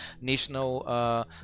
national